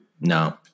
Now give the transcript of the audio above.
No